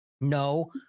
no